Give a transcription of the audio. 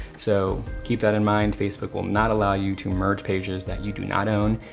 so keep that in mind, facebook will not allow you to merge pages that you do not own,